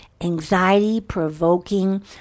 anxiety-provoking